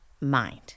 mind